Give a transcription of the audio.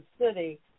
city